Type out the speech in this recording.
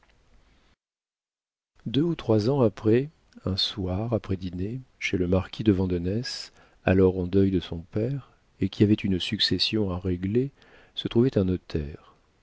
deux ou trois ans après un soir après dîner chez le marquis de vandenesse alors en deuil de son père et qui avait une succession à régler se trouvait un notaire